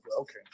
Okay